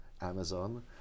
Amazon